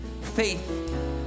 faith